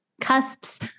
cusps